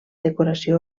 decoració